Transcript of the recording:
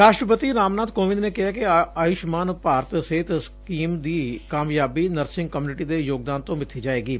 ਰਾਸਟਰਪਤੀ ਰਾਮਨਾਬ ਕੋਵਿੰਦ ਨੇ ਕਿਹੈ ਕਿ ਆਯੁਸ਼ਮਾਨ ਭਾਰਤ ਸਿਹਤ ਸਕੀਮ ਦੀ ਕਾਮਯਾਬੀ ਨਰਸਿੰਗ ਕਮਿਊਨਿਟੀ ਦੇ ਯੋਗਦਾਨ ਤੋਂ ਮਿਥੀ ਜਾਏਗੀ